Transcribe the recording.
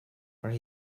where